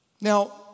Now